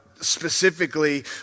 specifically